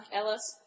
Ellis